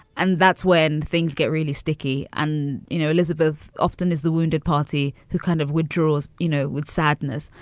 and that's when things get really sticky. and, you know, elizabeth often is the wounded party who kind of withdraws, you know, with sadness.